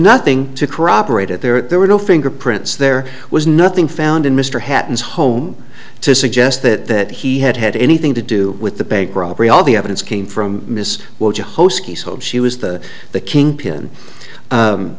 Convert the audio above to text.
nothing to corroborate it there were no fingerprints there was nothing found in mr hatton's home to suggest that that he had had anything to do with the bank robbery all the evidence came from miss will host he so she was the the kingpin